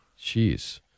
Jeez